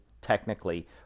technically